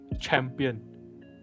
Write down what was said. champion